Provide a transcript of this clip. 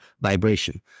vibration